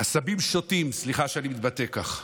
עשבים שוטים, סליחה שאני מתבטא כך,